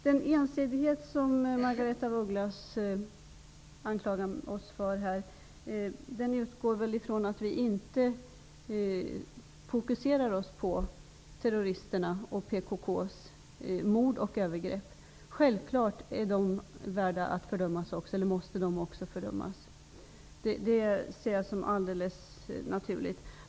Den ensidighet som Margaretha af Ugglas anklagar oss för utgår väl från att vi inte fokuserar debatten på terroristerna och PKK:s mord och övergrepp. Självfallet måste de också fördömas -- det är helt naturligt.